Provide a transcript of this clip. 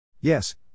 Yes